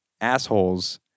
assholes